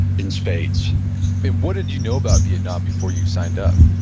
in spades what did you know about vietnam before you signed up?